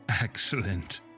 Excellent